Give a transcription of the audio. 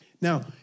Now